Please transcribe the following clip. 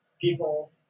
people